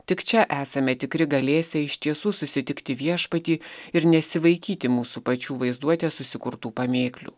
tik čia esame tikri galėsią iš tiesų susitikti viešpatį ir nesivaikyti mūsų pačių vaizduotės susikurtų pamėklių